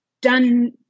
done